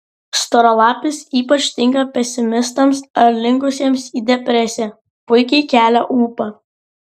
storalapis ypač tinka pesimistams ar linkusiems į depresiją puikiai kelia ūpą